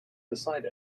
beside